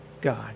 God